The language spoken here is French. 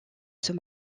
sous